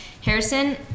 Harrison